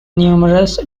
numerous